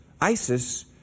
ISIS